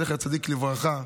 זכר צדיק לברכה,